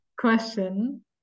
question